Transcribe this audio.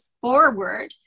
forward